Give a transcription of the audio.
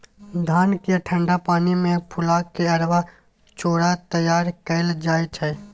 धान केँ ठंढा पानि मे फुला केँ अरबा चुड़ा तैयार कएल जाइ छै